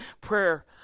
prayer